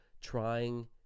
trying